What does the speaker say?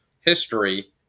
history